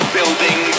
Building